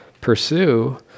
pursue